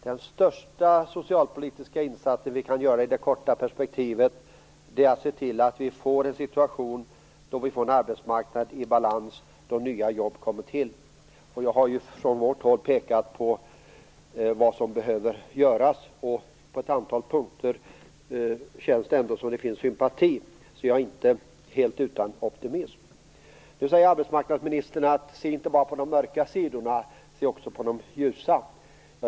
Den största socialpolitiska insats vi kan göra i det korta perspektivet är att se till att vi får en situation med en arbetsmarknad i balans då nya jobb kommer till. Jag har pekat på vad som behöver göras och på ett antal punkter känns det som om det finns sympati. Jag är därför inte helt utan optimism. Arbetsmarknadsministern säger att vi inte skall se bara på de mörka sidorna utan också på de ljusa.